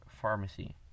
pharmacy